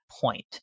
point